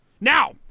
now